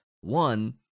One